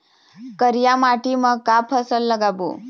करिया माटी म का फसल लगाबो?